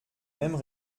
mêmes